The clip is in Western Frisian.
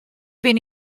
bin